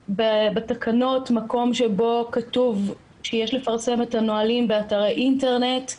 בתקנות יש מקום שבו כתוב שיש לפרסם את הנהלים באתר האינטרנט.